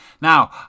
now